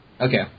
Okay